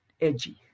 edgy